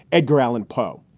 edgar allan poe.